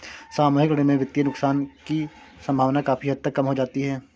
सामूहिक ऋण में वित्तीय नुकसान की सम्भावना काफी हद तक कम हो जाती है